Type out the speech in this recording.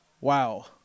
Wow